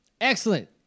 Excellent